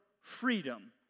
freedom